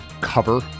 cover